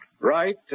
Right